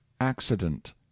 accident